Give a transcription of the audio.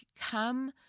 come